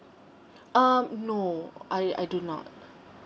um no I I do not